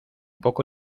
poco